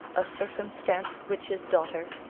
a circumstance which his daughter,